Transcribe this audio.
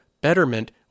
Betterment